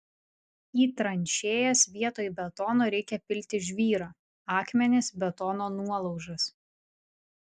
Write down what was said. į tranšėjas vietoj betono reikia pilti žvyrą akmenis betono nuolaužas